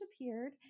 disappeared